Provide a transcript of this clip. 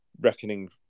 reckoning